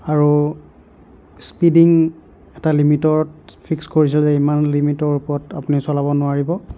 আৰু স্পিডিং এটা লিমিটত ফিক্সড কৰিছিলে ইমান লিমিটৰ ওপৰত আপুনি চলাব নোৱাৰিব